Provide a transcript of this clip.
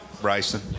Bryson